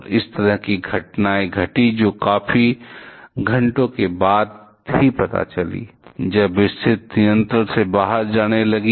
और इस तरह की घटनाएं घटीं जो काफी घंटों के बाद ही पता चलीं जब स्थिति नियंत्रण से बाहर जाने लगी